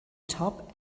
top